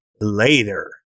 later